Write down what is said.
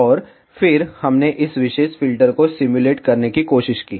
और फिर हमने इस विशेष फिल्टर को सिम्युलेट करने की कोशिश की